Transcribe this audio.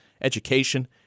Education